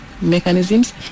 Mechanisms